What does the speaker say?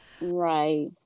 right